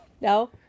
No